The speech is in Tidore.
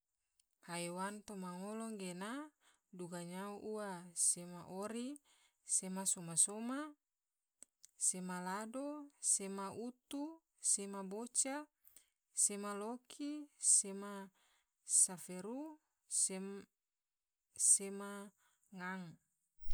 Haiwan toma ngolo gena duga nyao ua, sema ori, sema soma soma, sema lado, sema utu, sema boca, sema loki, sema saferu, sema ngang.